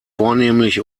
vornehmlich